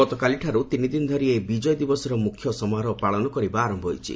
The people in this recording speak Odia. ଗତକାଲିଠାରୁ ତିନି ଦିନ ଧରି ଏହି ବିଜୟ ଦିବସର ମୁଖ୍ୟ ସମାରୋହ ପାଳନ କରିବା ଆରମ୍ଭ ହୋଇଛି